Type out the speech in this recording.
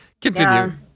continue